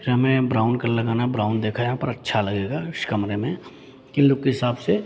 फिर हमें brown colour लगाना है ब्राउन देखा यहाँ पर अच्छा लगेगा इस कमरे में कि लुक के हिसाब से